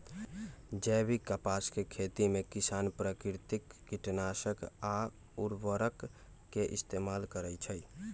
जैविक कपास के खेती में किसान प्राकिरतिक किटनाशक आ उरवरक के इस्तेमाल करई छई